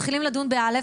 מתחילים לדון ב-א',